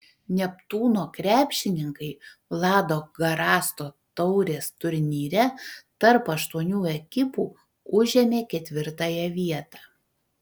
neptūno krepšininkai vlado garasto taurės turnyre tarp aštuonių ekipų užėmė ketvirtąją vietą